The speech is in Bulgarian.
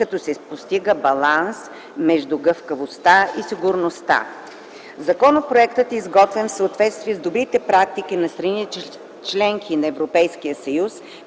като се постига баланс между гъвкавостта и сигурността. Законопроектът е изготвен в съответствие с добрите практики на страните – членки на Европейския съюз,